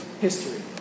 history